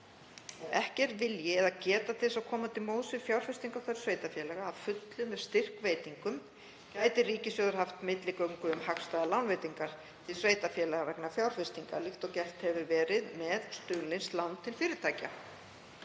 Ef ekki er vilji eða geta til þess að koma til móts við fjárfestingarþörf sveitarfélaga að fullu með styrkveitingum gæti ríkissjóður haft milligöngu um hagstæðar lánveitingar til sveitarfélaga vegna fjárfestinga líkt og gert hefur verið með stuðningslán til fyrirtækja.